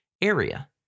area